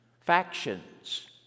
Factions